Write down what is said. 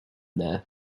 there